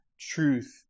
truth